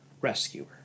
rescuer